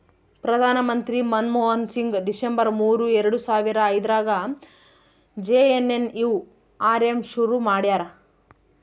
ಪ್ರಧಾನ ಮಂತ್ರಿ ಮನ್ಮೋಹನ್ ಸಿಂಗ್ ಡಿಸೆಂಬರ್ ಮೂರು ಎರಡು ಸಾವರ ಐದ್ರಗಾ ಜೆ.ಎನ್.ಎನ್.ಯು.ಆರ್.ಎಮ್ ಶುರು ಮಾಡ್ಯರ